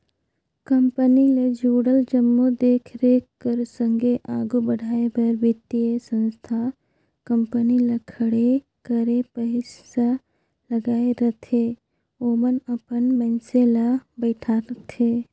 company ले जुड़ल जम्मो देख रेख कर संघे आघु बढ़ाए बर बित्तीय संस्था कंपनी ल खड़े करे पइसा लगाए रहिथे ओमन अपन मइनसे ल बइठारथे